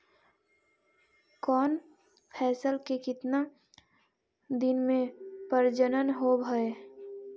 कौन फैसल के कितना दिन मे परजनन होब हय?